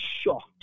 shocked